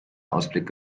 ausblick